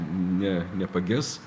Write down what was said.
ne nepages